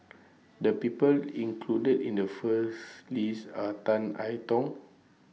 The People included in The First list Are Tan I Tong